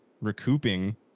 recouping